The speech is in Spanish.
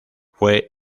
fue